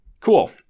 cool